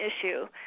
issue